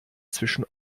zwischen